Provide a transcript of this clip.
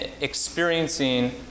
experiencing